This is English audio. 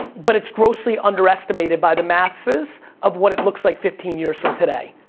but it's grossly underestimated by the masses of what it looks like fifteen years from today.